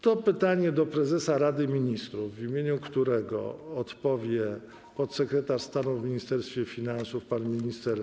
Pytanie kierowane jest do prezesa Rady Ministrów, w imieniu którego odpowie podsekretarz stanu w Ministerstwie Finansów pan minister